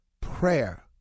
prayer